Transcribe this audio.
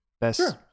best